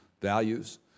values